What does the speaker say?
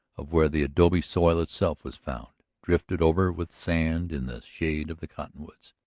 of where the adobe soil itself was found, drifted over with sand in the shade of the cottonwoods.